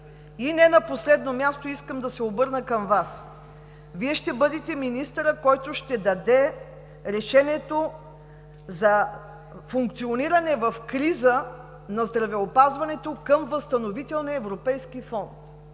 И не на последно място, искам да се обърна към Вас – Вие ще бъдете министърът, който ще даде решението за функциониране в криза на здравеопазването към възстановителния европейски фонд.